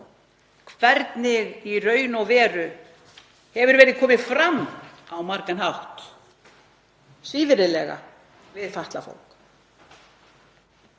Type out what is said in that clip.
hvernig í raun og veru hefur verið komið fram á margan hátt svívirðilega við fatlað fólk.